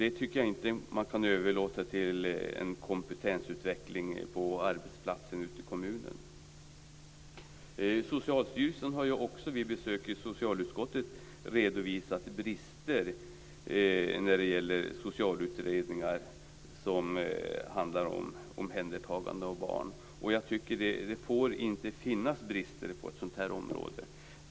Det kan inte överlåtas åt kompetensutveckling på arbetsplatsen i kommunen. Socialstyrelsen har vid besök i socialutskottet redovisat brister när det gäller socialutredningar vid omhändertagande av barn. Det får inte finnas brister på ett sådant område.